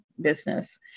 business